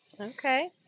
Okay